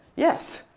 yes!